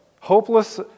Hopeless